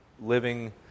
living